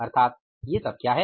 अर्थात ये सब क्या है